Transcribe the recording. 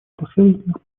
последовательных